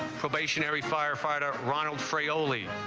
probationary firefighter ronald frey oley.